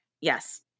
Yes